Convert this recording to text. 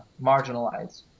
marginalized